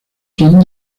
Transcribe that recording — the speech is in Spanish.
son